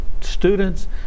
students